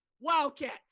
Wildcats